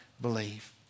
believe